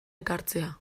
ekartzea